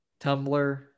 tumblr